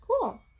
Cool